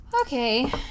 Okay